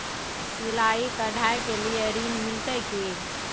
सिलाई, कढ़ाई के लिए ऋण मिलते की?